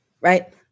right